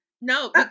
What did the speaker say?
No